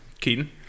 Keaton